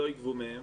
לא יגבו מהם,